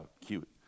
cute